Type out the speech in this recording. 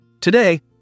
Today